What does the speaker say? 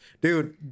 dude